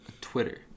Twitter